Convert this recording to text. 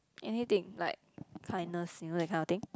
anything like kindness you know that kind of thing